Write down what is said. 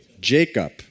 Jacob